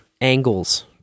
angles